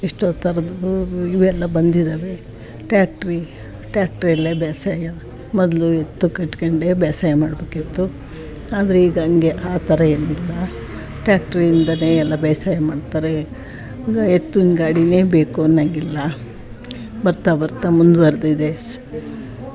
ಎಷ್ಟೋ ಥರದ ಇವೆಲ್ಲ ಬಂದಿದ್ದಾವೆ ಟ್ಯಾಕ್ಟ್ರಿ ಟ್ಯಾಕ್ಟ್ರಿಯಲ್ಲೇ ಬೇಸಾಯ ಮೊದಲು ಎತ್ತು ಕಟ್ಕೊಂಡೇ ಬೇಸಾಯ ಮಾಡಬೇಕಿತ್ತು ಆದರೆ ಈಗ ಹಂಗೆ ಆ ಥರ ಏನಿಲ್ಲ ಟ್ಯಾಕ್ಟ್ರಿಯಿಂದನೇ ಎಲ್ಲ ಬೇಸಾಯ ಮಾಡ್ತಾರೆ ಈಗ ಎತ್ತಿನ್ಗಾಡಿನೇ ಬೇಕು ಅನ್ನೋಂಗಿಲ್ಲ ಬರ್ತಾ ಬರ್ತಾ ಮುಂದುವರ್ದಿದೆ ಸ್